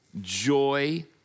joy